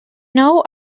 nou